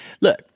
Look